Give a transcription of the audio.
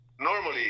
normally